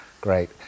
great